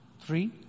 Three